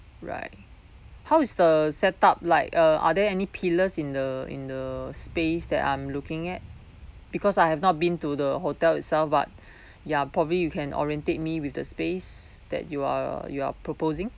right how is the set up like uh are there any pillars in the in the space that I'm looking at because I have not been to the hotel itself but ya probably you can oriented me with the space that you are you are proposing